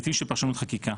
היבטים של פרשנות חקיקה.